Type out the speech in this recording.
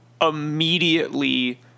immediately